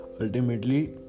Ultimately